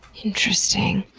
interesting!